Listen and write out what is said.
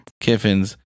Kiffin's